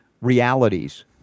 realities